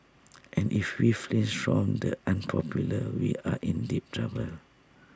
and if we flinch from the unpopular we are in deep trouble